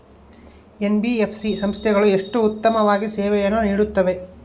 NBFC ಸಂಸ್ಥೆಗಳು ಎಷ್ಟು ಉತ್ತಮವಾಗಿ ಸೇವೆಯನ್ನು ನೇಡುತ್ತವೆ?